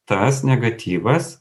tas negatyvas